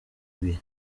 ibihe